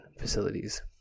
facilities